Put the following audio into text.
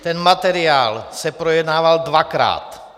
Ten materiál se projednával dvakrát.